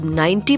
90%